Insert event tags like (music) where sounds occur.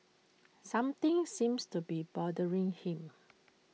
(noise) something seems to be bothering him